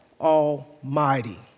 Almighty